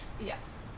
Yes